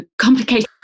complicated